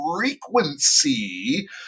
frequency